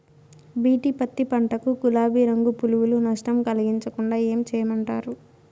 BT పత్తి పంట కు, గులాబీ రంగు పులుగులు నష్టం కలిగించకుండా ఏం చేయమంటారు?